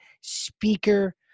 speaker